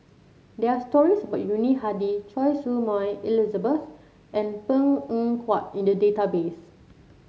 there are stories about Yuni Hadi Choy Su Moi Elizabeth and Png Eng Huat in the database